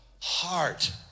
heart